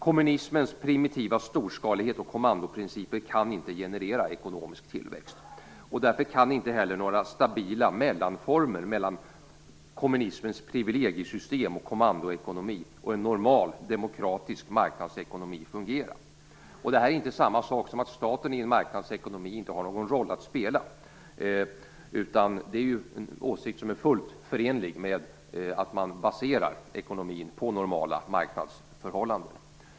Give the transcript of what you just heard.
Kommunismens primitiva storskalighet och kommandoprinciper kan inte generera ekonomisk tillväxt, och därför kan inte heller några stabila mellanformer mellan kommunismens privilegiesystem och kommandoekonomi och en normal demokratisk marknadsekonomi fungera. Detta är inte samma sak som att staten i en marknadsekonomi inte har någon roll att spela, utan det är en åsikt som är fullt förenlig med att man baserar ekonomin på normala marknadsförhållanden.